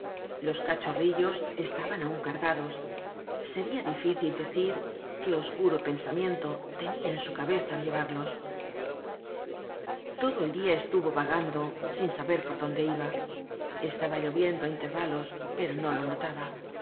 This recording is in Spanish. los cachorrillos estaban aun cargados seria difícil decir qué oscuro pensamiento tenia en su cabeza al llevarlos todo el dia estuvo vagando sin saber por dónde iba estaba lloviendo á intervalos pero no lo notaba